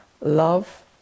love